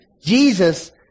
Jesus